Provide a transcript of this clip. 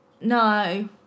No